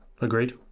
agreed